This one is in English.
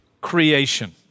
creation